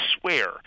swear